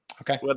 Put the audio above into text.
Okay